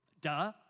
duh